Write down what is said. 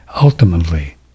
ultimately